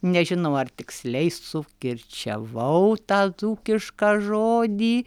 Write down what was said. nežinau ar tiksliai sukirčiavau tą dzūkišką žodį